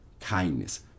kindness